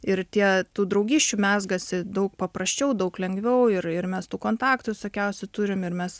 ir tie tų draugysčių mezgasi daug paprasčiau daug lengviau ir ir mes tų kontaktų visokiausių turim ir mes